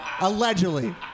allegedly